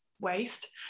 waste